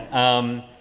um,